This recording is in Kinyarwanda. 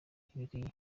ntibikwiye